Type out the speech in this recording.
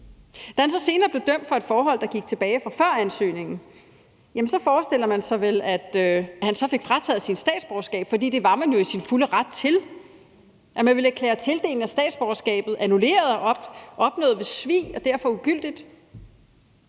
Da han så senere blev dømt for et forhold, der gik tilbage fra før ansøgningen, forestiller man sig vel, at han så fik frataget sit statsborgerskab, for det var man jo i sin fulde ret til at gøre, altså at man ville erklære tildelingen af statsborgerskabet annulleret, da det var opnået ved svig og derfor ugyldigt.